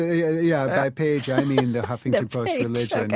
yeah yeah. by page, i mean the huffington post religion,